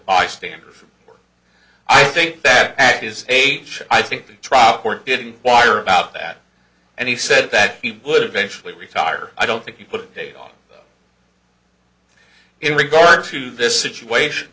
bystanders i think that is age i think the trial court didn't wire about that and he said that he would eventually retire i don't think you put a on it regards to this situation